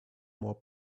more